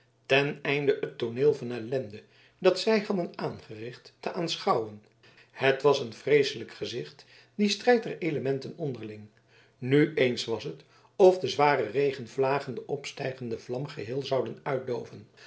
ten einde het tooneel van ellende dat zij hadden aangericht te aanschouwen het was een vreeselijk gezicht die strijd der elementen onderling nu eens was het of de zware regenvlagen de opstijgende vlam geheel zouden uitdoven